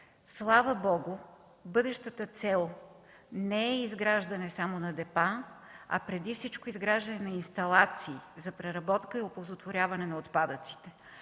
Слава Богу, бъдещата цел не е изграждане само на депа, а преди всичко изграждане на инсталации за преработка и оползотворяване на отпадъците.